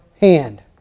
hand